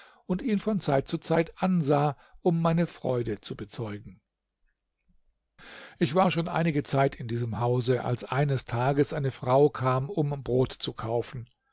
und ihn von zeit zu zeit ansah um meine freude zu bezeugen ich war schon einige zeit in diesem hause als eines tages eine frau kam um brot zu kaufen